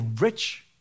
rich